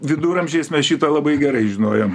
viduramžiais mes šitą labai gerai žinojom